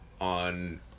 on